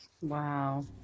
Wow